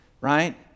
right